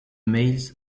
males